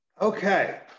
Okay